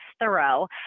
thorough